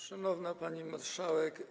Szanowna Pani Marszałek!